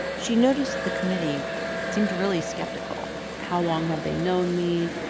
she noticed the committee seemed really skeptical how long have they known me?